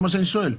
זה מה שאני שואל.